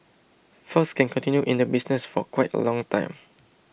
fox can continue in the business for quite a long time